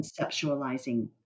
conceptualizing